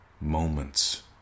moments